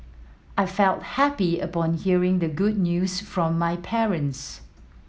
I felt happy upon hearing the good news from my parents